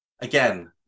Again